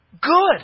good